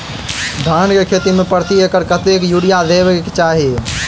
धान केँ खेती मे प्रति एकड़ कतेक यूरिया देब केँ चाहि?